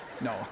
No